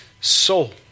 soul